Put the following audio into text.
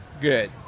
good